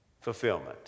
Fulfillment